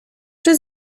czy